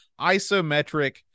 isometric